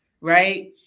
right